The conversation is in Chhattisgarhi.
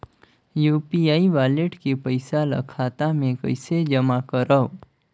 यू.पी.आई वालेट के पईसा ल खाता मे कइसे जमा करव?